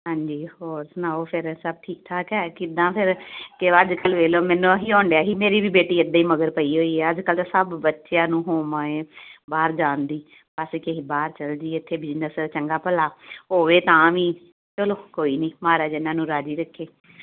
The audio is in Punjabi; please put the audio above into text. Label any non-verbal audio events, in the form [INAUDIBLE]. ਹਾਂਜੀ ਹੋਰ ਸੁਣਾਓ ਫਿਰ ਸਭ ਠੀਕ ਠਾਕ ਹੈ ਕਿੱਦਾਂ ਫਿਰ ਕਿ ਅੱਜ ਕੱਲ੍ਹ ਵੇਖ ਲਓ ਮੈਨੂੰ ਉਹੀ ਹੋਣ ਡਿਆ ਸੀ ਮੇਰੀ ਵੀ ਬੇਟੀ ਇੱਦਾਂ ਹੀ ਮਗਰ ਪਈ ਹੋਈ ਹੈ ਅੱਜ ਕੱਲ੍ਹ ਤਾਂ ਸਭ ਬੱਚਿਆਂ ਨੂੰ [UNINTELLIGIBLE] ਬਾਹਰ ਜਾਣ ਦੀ ਬਸ ਕਿ ਅਸੀਂ ਬਾਹਰ ਚਲੇ ਜਾਈਏ ਇੱਥੇ ਬਿਜਨਸ ਚੰਗਾ ਭਲਾ ਹੋਵੇ ਤਾਂ ਵੀ ਚਲੋ ਕੋਈ ਨਹੀਂ ਮਹਾਰਾਜ ਇਹਨਾਂ ਨੂੰ ਰਾਜ਼ੀ ਰੱਖੇ